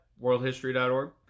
worldhistory.org